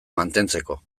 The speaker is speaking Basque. mantentzeko